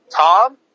Tom